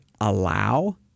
allow